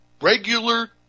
regular